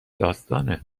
داستانه